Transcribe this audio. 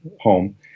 home